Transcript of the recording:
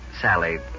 Sally